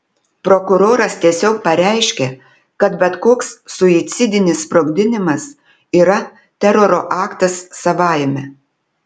prokuroras tiesiog pareiškė kad bet koks suicidinis sprogdinimas yra teroro aktas savaime